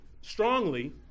strongly